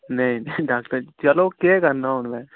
नेईं नईं डाक्टर जी चलो केह् करना हून मैं